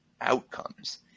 outcomes